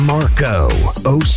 Marco